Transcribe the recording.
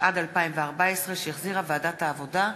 התשע"ד 2014, שהחזירה ועדת העבודה,